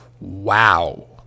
wow